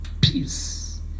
peace